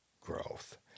growth